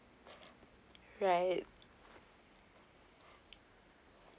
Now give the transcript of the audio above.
right